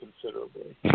considerably